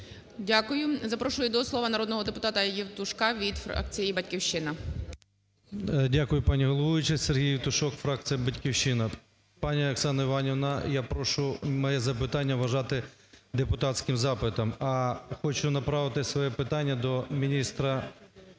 Дякую. Запрошую до слова народного депутата Євтушка від фракції "Батьківщина". 10:31:45 ЄВТУШОК С.М. Дякую, пані головуюча. Сергій Євтушок фракція "Батьківщина". Пані Оксана Іванівна, я прошу моє запитання вважати депутатським запитом. А хочу направити своє питання до міністра